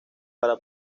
para